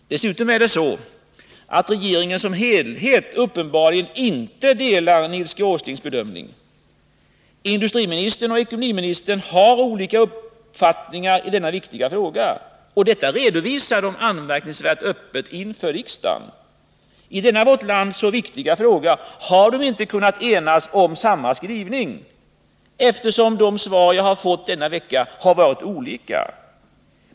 Dessutom är det så att regeringen som helhet uppenbarligen inte delar Nils G. Åslings bedömning. Industriministern och ekonomiministern har olika uppfattningar i denna viktiga fråga. Och detta redovisar de anmärkningsvärt öppet inför riksdagen. I denna för vårt land så viktiga fråga har de inte kunnat enas om samma skrivning — de svar jag fått denna vecka har varit olika.